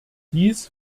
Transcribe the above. dies